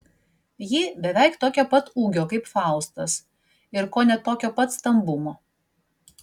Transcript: ji beveik tokio pat ūgio kaip faustas ir kone tokio pat stambumo